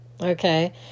Okay